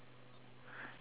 she don't want go home meh